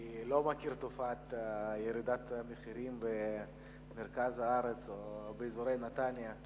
אני לא מכיר את התופעה של ירידה מאזור נתניה למרכז הארץ.